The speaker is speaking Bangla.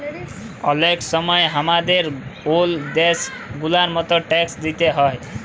অলেক সময় হামাদের ওল্ল দ্যাশ গুলার মত ট্যাক্স দিতে হ্যয়